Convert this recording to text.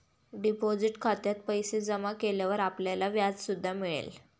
deposit खात्यात पैसे जमा केल्यावर आपल्याला व्याज सुद्धा मिळेल